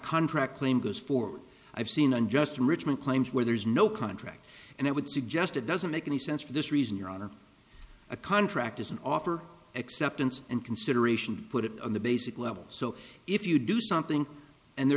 contract claim goes for i've seen unjust enrichment claims where there is no contract and i would suggest it doesn't make any sense for this reason your honor a contract is an offer acceptance and consideration put it on the basic level so if you do something and there